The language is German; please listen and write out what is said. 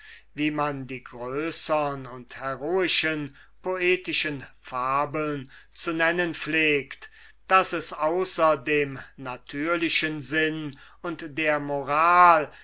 wie man die größern und heroischen poetischen fabeln zu nennen pflegte daß es außer der natürlichen sinn und der moral